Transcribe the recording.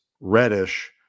Reddish